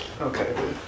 Okay